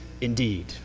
indeed